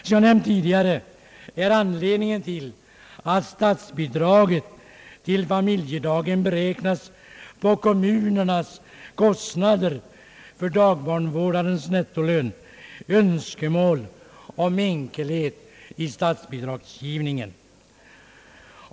Som jag nämnt tidigare är anledningen till att statsbidraget till familjedaghem beräknas på kommunernas kostnader för dagbarnvårdarens nettolön önskemål om enkelhet i statsbidragsgivningen.